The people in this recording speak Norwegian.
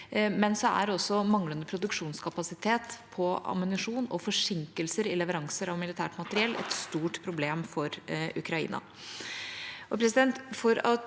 også manglende produksjonskapasitet på ammunisjon og forsinkelser i leveranser av militært materiell et stort problem for Ukraina.